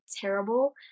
terrible